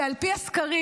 שעל פי הסקרים,